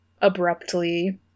abruptly